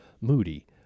moody